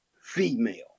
female